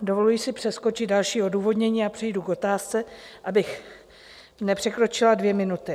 Dovoluji si přeskočit další odůvodnění a přejdu k otázce, abych nepřekročila dvě minuty.